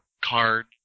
card